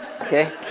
Okay